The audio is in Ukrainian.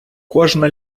кожна